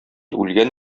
үлгән